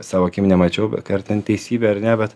savo akim nemačiau bet ar ten teisybė ar ne bet